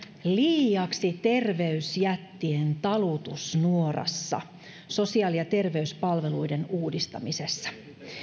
liiaksi terveysjättien talutusnuorassa sosiaali ja terveyspalveluiden uudistamisessa